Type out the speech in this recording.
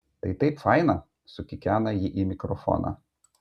tai taip faina sukikena ji į mikrofoną